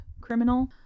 criminal